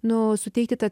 nu suteikti tą